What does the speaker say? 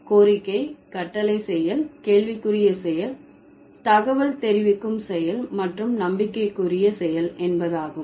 கோரிக்கை கட்டளை செயல் கேள்விக்குரிய செயல் தகவல் தெரிவிக்கும் செயல் மற்றும் நம்பிக்கைக்குரிய செயல் என்பதாகும்